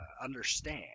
understand